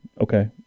Okay